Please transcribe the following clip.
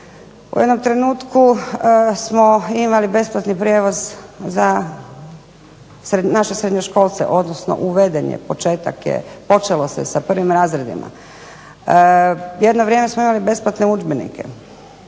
u jednom trenutku smo imali besplatni prijevoz za naše srednjoškolce, odnosno uveden je počelo se sa prvim razredima. Jedno vrijeme smo imali besplatne udžbenike.